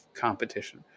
competition